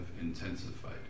intensified